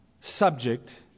subject